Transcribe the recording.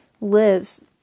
lives